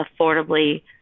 affordably